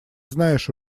знаешь